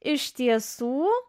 iš tiesų